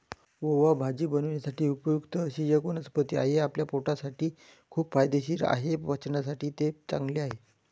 ओवा भाजी बनवण्यासाठी उपयुक्त अशी एक वनस्पती आहे, आपल्या पोटासाठी खूप फायदेशीर आहे, पचनासाठी ते चांगले आहे